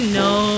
no